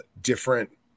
different